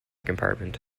compartment